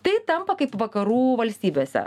tai tampa kaip vakarų valstybėse